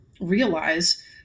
realize